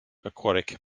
aquatic